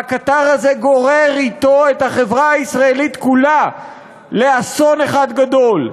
והקטר הזה גורר אתו את החברה הישראלית כולה לאסון אחד גדול.